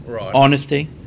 honesty